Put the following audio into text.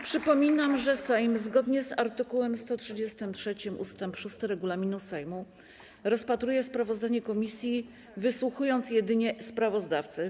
Przypominam, że Sejm, zgodnie z art. 133 ust. 6 regulaminu Sejmu, rozpatruje sprawozdanie komisji, wysłuchując jedynie sprawozdawcy.